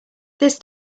this